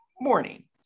morning